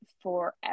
forever